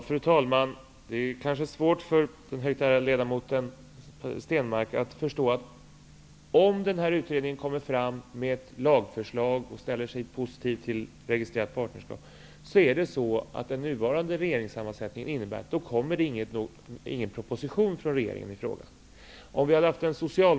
Fru talman! Det är kanske svårt för den högt ärade ledamoten Stenmarck att förstå att om utredningen kommer fram till ett lagförslag, och ställer sig positiv till ett registrerat partnerskap, kommer den nuvarande regeringssammansättningen att innebära att det inte kommer att läggas fram någon proposition från regeringens sida.